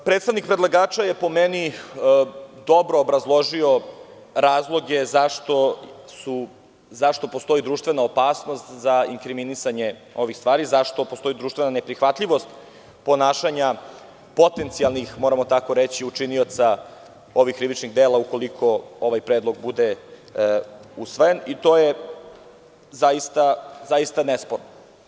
Predstavnik predlagača je po meni dobro obrazložio razloge zašto postoji društvena opasnost za inkriminisanje ovih stvari, zašto postoji društvena neprihvatljivost ponašanja potencijalnih, moramo tako reći, učinioca ovih krivičnih dela, ukoliko ovaj predlog bude usvojen, i to je zaista nesporno.